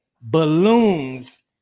balloons